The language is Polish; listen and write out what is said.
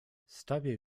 stawię